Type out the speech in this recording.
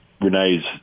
Renee's